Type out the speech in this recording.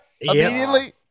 immediately